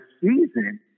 season